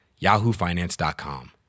yahoofinance.com